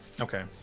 okay